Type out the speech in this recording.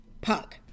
Puck